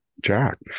Jack